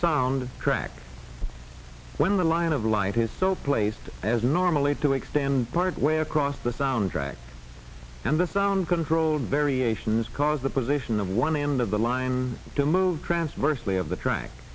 sound track when the line of light is so placed as normally to extend part way across the sound track and the sound control variations cause the position of one end of the line to move transversely of the track